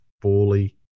fully